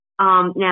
now